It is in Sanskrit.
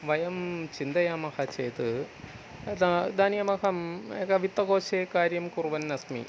वयं चिन्तयामः चेत् इदानीं इदानीमहम् एकं वित्तकोशे कार्यं कुर्वन् अस्मि